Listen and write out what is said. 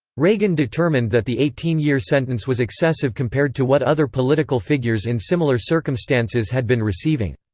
reagan determined that the eighteen year sentence was excessive compared to what other political figures in similar circumstances had been receiving.